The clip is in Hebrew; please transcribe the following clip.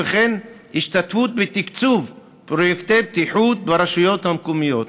וכן בהשתתפות בתקצוב פרויקטים של בטיחות ברשויות המקומיות.